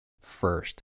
first